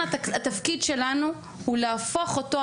התפקיד שלנו הוא להפוך אותו,